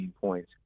points